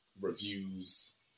reviews